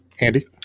Andy